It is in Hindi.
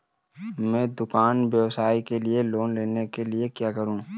मैं दुकान व्यवसाय के लिए लोंन लेने के लिए क्या करूं?